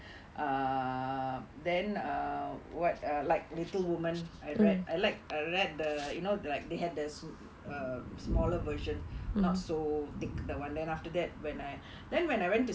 err then err what err like little woman I read I like I read the you know like they had the sma~ smaller version not so thick that [one] then after that when I then when I went to